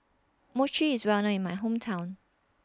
Mochi IS Well known in My Hometown